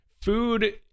food